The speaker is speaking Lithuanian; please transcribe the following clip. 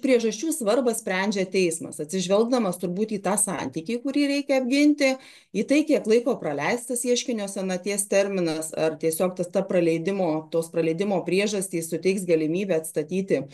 priežasčių svarbą sprendžia teismas atsižvelgdamas turbūt į tą santykį kurį reikia apginti į tai kiek laiko praleistas ieškinio senaties terminas ar tiesiog tas ta praleidimo tos praleidimo priežastys suteiks galimybę atstatyti